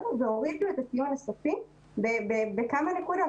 והורידו את הציון הסופי בכמה נקודות.